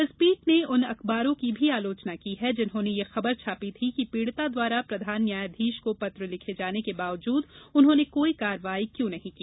इस पीठ ने उन अखबारों की आलोचना की है जिन्होंने यह खबर छापी है कि पीड़िता द्वारा प्रधान न्यायाधीश को पत्र लिखे जाने के बावजूद उन्होंने कोई कार्रवाई क्यों नहीं की